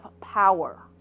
power